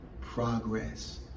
progress